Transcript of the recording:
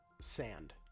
sand